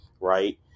right